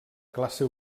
classe